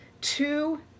two